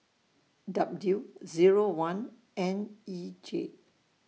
W Zero one N E J